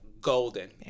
golden